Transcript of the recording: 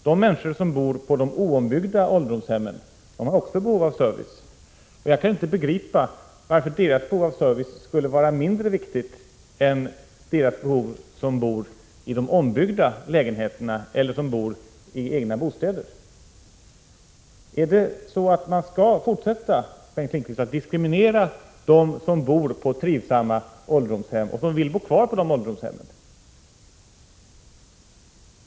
De människor som bor på de icke ombyggda ålderdomshemmen har också behov av service, och jag kan inte begripa varför deras behov skulle vara mindre viktiga än behoven hos dem som bor i de ombyggda lägenheterna eller i egna bostäder. Är det så att man skall fortsätta att diskriminera dem som bor på trivsamma ålderdomshem och som vill bo kvar där, Bengt Lindqvist?